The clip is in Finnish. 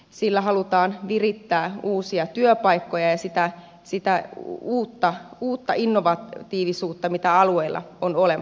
sillä halutaan virittää uusia työpaikkoja ja sitä uutta innovatiivisuutta mitä alueilla on olemassa